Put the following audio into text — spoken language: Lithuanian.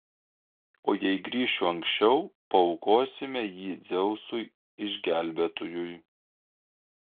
o jei grįšiu anksčiau paaukosime jį dzeusui išgelbėtojui